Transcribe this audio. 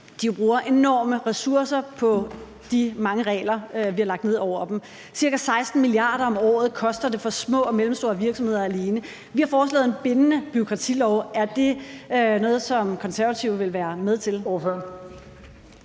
de bruger enorme ressourcer på de mange regler, vi har lagt ned over dem. Ca. 16 milliarder kr. om året koster det for små og mellemstore virksomheder, alene. Vi har foreslået en bindende bureaukratilov. Er det noget, som Konservative vil være med til?